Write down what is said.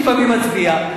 לפעמים אני מצביע.